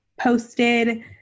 posted